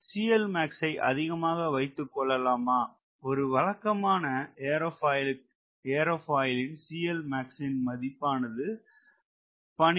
ஐ அதிகமாக வைத்துக்கொள்ளலாமா ஒரு வழக்கமான ஏரோபாயிலுக்கு ன் மதிப்பானது 1